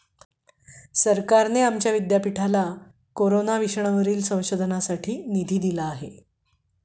सरकारने आमच्या विद्यापीठाला कोरोना विषाणूवरील संशोधनासाठी निधी दिला आहे